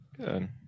Good